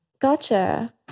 gotcha